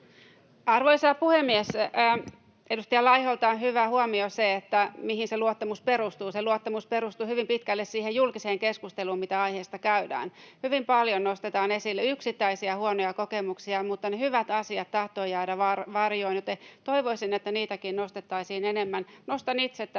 Arvoisa puhemies! Edustaja Laiholta oli hyvä huomio se, että mihin se luottamus perustuu. Se luottamus perustuu hyvin pitkälle siihen julkiseen keskusteluun, mitä aiheesta käydään. Hyvin paljon nostetaan esille yksittäisiä huonoja kokemuksia, mutta ne hyvät asiat tahtovat jäädä varjoon, joten toivoisin, että niitäkin nostettaisiin enemmän. Nostan itse tässä